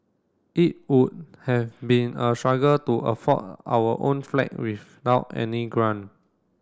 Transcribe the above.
it would have been a struggle to afford our own flat without any grant